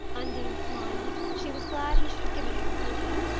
undine smiled she was glad he should have given her an opening.